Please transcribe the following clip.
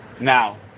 Now